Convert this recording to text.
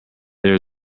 there